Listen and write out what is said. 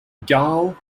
gall